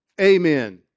Amen